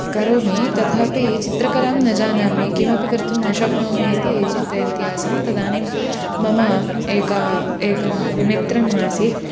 करोमि तथापि चित्रकलां न जानामि किमपि कर्तुं न शक्नोमि इति चिन्तयन्ती आसं तदानीं मम एका एकं मित्रम् आसीत्